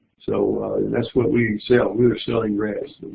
so that's what we sell. we're selling grass.